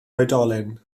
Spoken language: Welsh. oedolyn